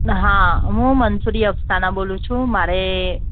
હા હું મન્સૂરી અફસાના બોલું છું મારે